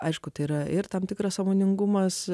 aišku tai yra ir tam tikras sąmoningumas